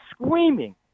screaming